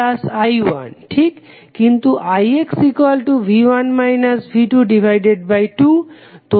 কিন্তু ix V1 V22